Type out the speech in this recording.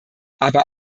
aber